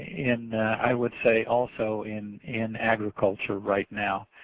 in i would say also in in agriculture right now.